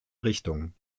richtung